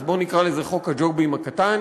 אז בואו נקרא לזה "חוק הג'ובים הקטן".